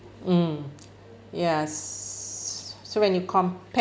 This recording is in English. mm yes so when you compared